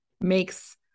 makes